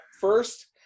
first